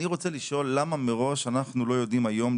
אני רוצה לשאול למה מראש אנחנו לא יכולים היום,